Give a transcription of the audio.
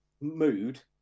mood